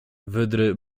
wydry